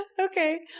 Okay